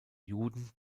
juden